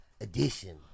edition